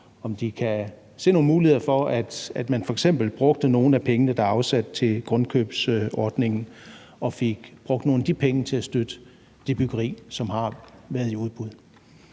om de kan finde nogle muligheder for, at man f.eks. brugte nogle af pengene, der er afsat til grundkøbsordningen, på at støtte byggeri, som har været i udbud.